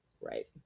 right